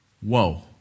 Whoa